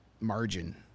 margin